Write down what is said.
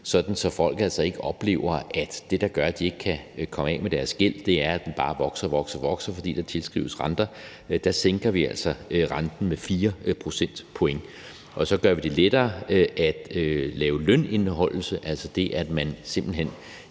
at folk ikke oplever, at det, der gør, at de ikke kan komme af med deres gæld, er, at den bare vokser og vokser, fordi der tilskrives renter. Der sænker vi altså renten med 4 procentpoint. Og så gør vi det lettere at lave lønindeholdelse, altså det, at man simpelt hen